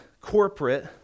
corporate